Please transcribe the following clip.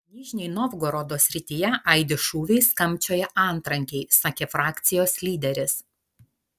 nižnij novgorodo srityje aidi šūviai skambčioja antrankiai sakė frakcijos lyderis